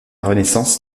renaissance